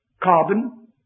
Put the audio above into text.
carbon